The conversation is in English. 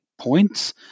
points